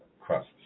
crust